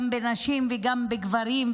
גם על נשים וגם על גברים.